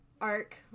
arc